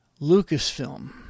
Lucasfilm